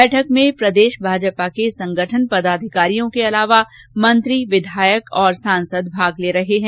बैठक में प्रदेश भाजपा के संगठन पदाधिकारियों के अलावा मंत्री विधायक और सांसदों सहित भाग ले रहे हैं